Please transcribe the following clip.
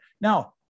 Now